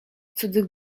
cudzych